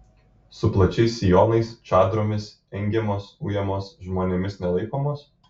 su plačiais sijonais čadromis engiamos ujamos žmonėmis nelaikomos